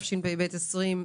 התשפ"ב-2022.